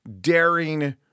daring